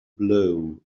blow